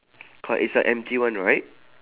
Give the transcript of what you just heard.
c~ it's a empty one right